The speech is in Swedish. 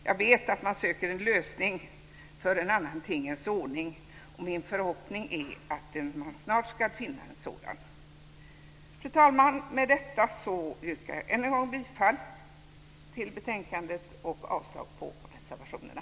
Jag vet att man söker en lösning för en annan tingens ordning, och min förhoppning är att man snart ska finna en sådan. Fru talman! Med detta yrkar jag än en gång bifall till förslaget i betänkandet och avslag på reservationerna.